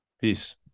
Peace